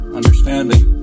understanding